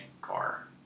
car